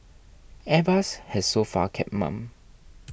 airbus has so far kept mum